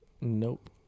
Nope